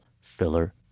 filler